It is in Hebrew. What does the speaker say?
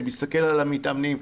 אני מסתכל על המתאמנים,